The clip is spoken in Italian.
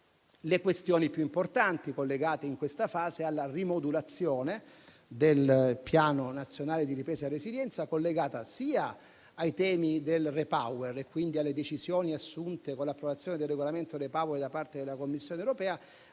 questioni più importanti, collegate alla rimodulazione del Piano nazionale di ripresa e resilienza, legata sia ai temi del Repower, quindi alle decisioni assunte, con l'approvazione del regolamento Repower, da parte della Commissione europea,